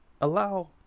allow